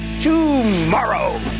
tomorrow